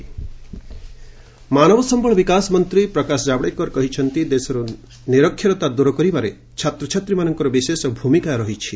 ଜାଓଡେକର ଏକ୍ରକେସନ୍ ମାନବ ସମ୍ଭଳ ବିକାଶ ମନ୍ତ୍ରୀ ପ୍ରକାଶ କାୱଡେକର କହିଛନ୍ତି ଦେଶରୁ ନିରକ୍ଷରତା ଦୂର କରିବାରେ ଛାତ୍ରଛାତ୍ରୀମାନଙ୍କର ବିଶେଷ ଭୂମିକା କହିଛି